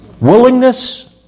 Willingness